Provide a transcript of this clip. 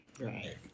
right